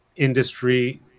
industry